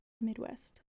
Midwest